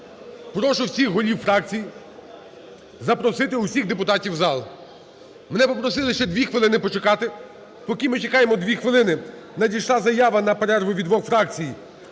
Прошу всіх голів фракцій запросити всіх депутатів у зал. Мене попросили ще дві хвилини почекати. Поки ми чекаємо дві хвилини, надійшла заява на перерву від двох фракцій: